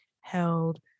held